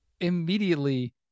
immediately